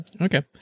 Okay